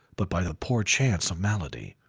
but by the poor chance of malady.